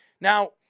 Now